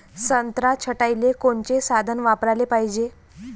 संत्रा छटाईले कोनचे साधन वापराले पाहिजे?